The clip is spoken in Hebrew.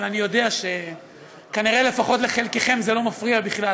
אבל אני יודע שכנראה לפחות לחלקכם זה לא מפריע בכלל,